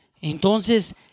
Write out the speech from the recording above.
Entonces